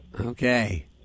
Okay